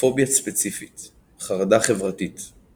פוביה ספציפית; חרדה חברתית;